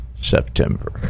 September